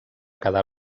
quedar